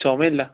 ചുമ ഇല്ല